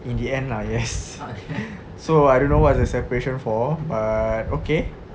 in the end lah yes so I don't know what's the separation for but okay